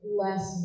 less